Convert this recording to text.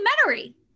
documentary